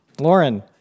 Lauren